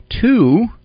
Two